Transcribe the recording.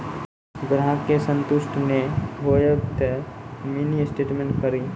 ग्राहक के संतुष्ट ने होयब ते मिनि स्टेटमेन कारी?